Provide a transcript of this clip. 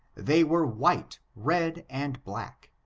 they were white red and black.